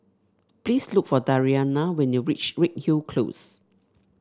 please look for Dariana when you reach Redhill Close